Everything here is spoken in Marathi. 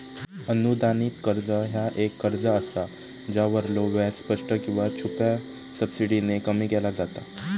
अनुदानित कर्ज ह्या एक कर्ज असा ज्यावरलो व्याज स्पष्ट किंवा छुप्या सबसिडीने कमी केला जाता